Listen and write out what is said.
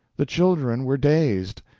the children were dazed.